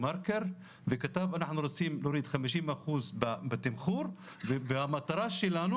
מרקר וכתב "..אנחנו רוצים להוריד 50% בתמחור והמטרה שלנו